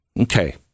Okay